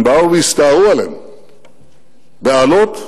והם באו והסתערו עליהם באלות.